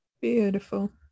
Beautiful